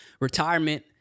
Retirement